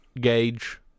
gauge